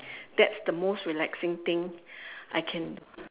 that's the most relaxing thing I can